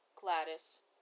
Gladys